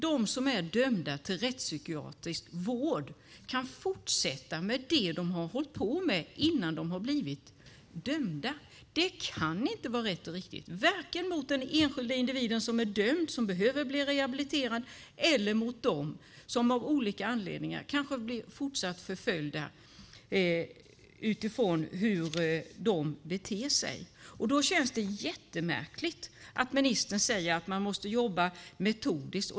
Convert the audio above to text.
De som är dömda till rättspsykiatrisk vård kan fortsätta med det som de höll på med innan de blev dömda. Det kan inte vara rätt och riktigt vare sig mot den enskilda individ som är dömd och som behöver bli rehabiliterad eller mot dem som av olika anledningar kanske blir fortsatt förföljda. Då känns det jättemärkligt att ministern säger att man måste jobba metodiskt.